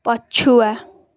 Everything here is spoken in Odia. ପଛୁଆ